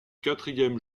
quatrième